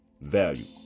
value